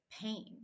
pain